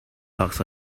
bucks